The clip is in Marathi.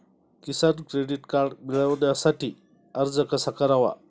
किसान क्रेडिट कार्ड मिळवण्यासाठी अर्ज कसा करावा?